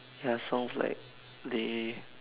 ya sounds like they